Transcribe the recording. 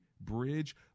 bridge